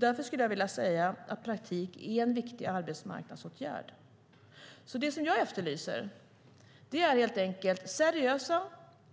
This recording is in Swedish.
Därför skulle jag vilja säga att praktik är en viktig arbetsmarknadsåtgärd, och det jag efterlyser är helt enkelt seriösa